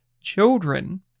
children